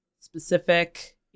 specific